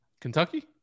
Kentucky